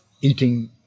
eating